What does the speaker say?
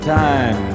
time